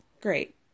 great